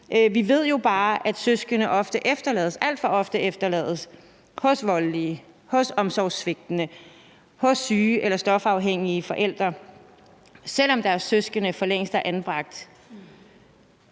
Vi ved jo bare, at søskende alt for ofte efterlades hos voldelige, hos omsorgssvigtende, hos syge eller stofafhængige forældre, selv om deres søskende for længst er anbragt.